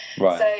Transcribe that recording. Right